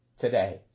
today